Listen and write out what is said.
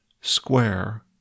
square